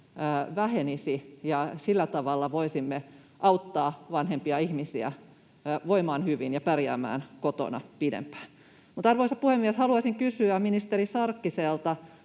vähenisi, ja sillä tavalla voisimme auttaa vanhempia ihmisiä voimaan hyvin ja pärjäämään kotona pidempään. Mutta, arvoisa puhemies, haluaisin kysyä ministeri Sarkkiselta: